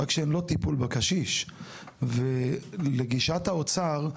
רק שהם לא טיפול בקשיש ולגישת האוצר,